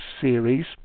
series